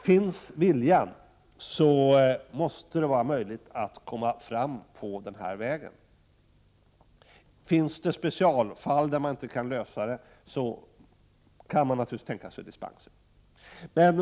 Finns viljan, måste det vara möjligt att komma fram på den här vägen. Finns det specialfall där en lösning inte kan nås, kan man naturligtvis tänka sig dispenser.